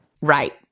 Right